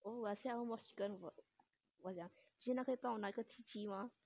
我是要 mos chicken 我讲 gina 可以帮我拿个鸡鸡吗